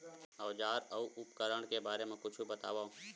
औजार अउ उपकरण के बारे मा कुछु बतावव?